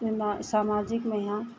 एमा सामाजिक में यहाँ